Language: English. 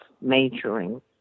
majoring